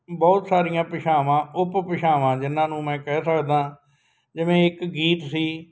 ਬਹੁਤ ਸਾਰੀਆਂ ਭਾਸ਼ਾਵਾਂ ਉਪ ਭਾਸ਼ਾਵਾਂ ਜਿਹਨਾਂ ਨੂੰ ਮੈਂ ਕਹਿ ਸਕਦਾ ਜਿਵੇਂ ਇੱਕ ਗੀਤ ਸੀ